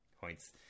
Points